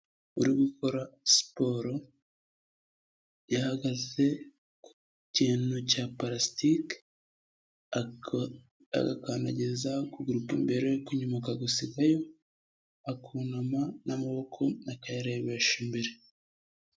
Uri gukora siporo yahagaze ku kintu cya palastike agakandageza ukuguru kw'imbere ukwinyuma akagusigayo, akunama n'amaboko akayarebesha imbere.